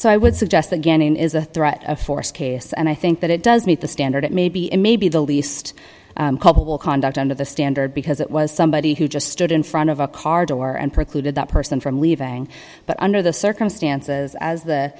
so i would suggest again is a threat of force case and i think that it does meet the standard it may be it may be the least will conduct under the standard because it was somebody who just stood in front of a car door and precluded that person from leaving but under the circumstances as the